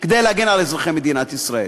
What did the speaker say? כדי להגן על אזרחי מדינת ישראל.